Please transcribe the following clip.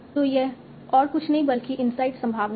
तो यह और कुछ नहीं बल्कि इनसाइड संभावना है